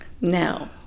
now